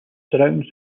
surrounds